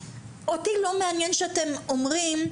אותי לא מעניין שאתם אומרים,